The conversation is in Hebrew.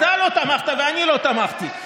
אתה לא תמכת ואני לא תמכתי,